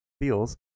feels